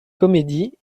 comédies